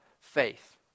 faith